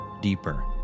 deeper